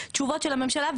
תשובות של הממשלה.